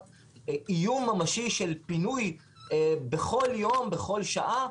איום ממשי של פינוי בכל יום בכל שעה,